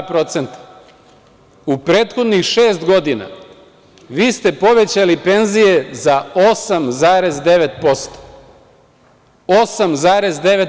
U prethodnih šest godina vi ste povećali penzije za 8,9%